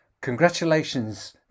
Congratulations